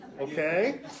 Okay